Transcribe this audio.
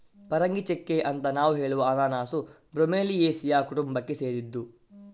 ಪರಂಗಿಚೆಕ್ಕೆ ಅಂತ ನಾವು ಹೇಳುವ ಅನನಾಸು ಬ್ರೋಮೆಲಿಯೇಸಿಯ ಕುಟುಂಬಕ್ಕೆ ಸೇರಿದ್ದು